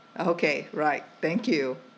okay right thank you